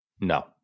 No